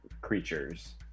creatures